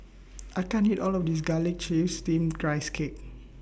I can't eat All of This Garlic Chives Steamed Rice Cake